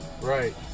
Right